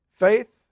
Faith